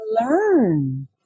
learn